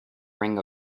ring